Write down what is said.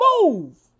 move